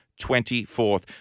24th